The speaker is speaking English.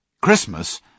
Christmas